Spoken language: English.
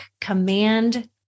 command